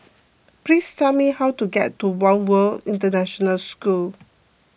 please tell me how to get to one World International School